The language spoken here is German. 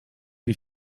wie